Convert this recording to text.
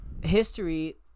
history